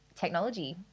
Technology